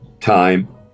time